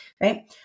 Right